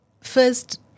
first